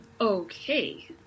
Okay